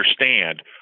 understand